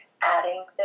adding